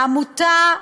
העמותה,